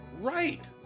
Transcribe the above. right